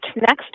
next